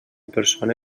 persona